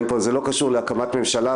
זה לא קשור להקמת ממשלה,